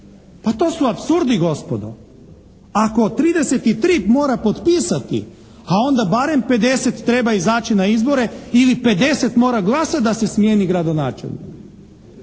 Pa to su apsurdi, gospodo. Ako 33 mora potpisati, a onda barem 50 treba izaći na izbore ili 50 mora glasati da se smijeni gradonačelnik,